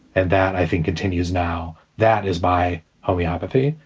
and that, i think continues now. that is by homoeopathy.